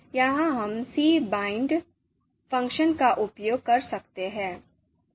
यहाँ हम cbind function का उपयोग कर सकते हैं